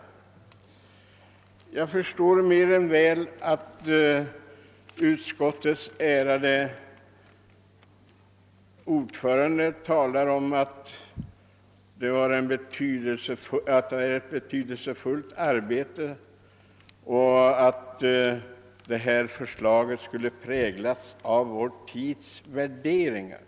Jag förstår mer än väl att utskottets ärade ordförande talar om att det är ett betydelsefullt arbete som utförts och att han anser att förslaget präglas av vår tids värderingar.